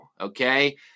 okay